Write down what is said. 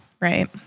right